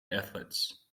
athletes